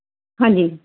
ਹਾਂਜੀ